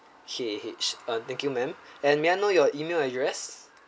K A H um thank you ma'am and may I know your email address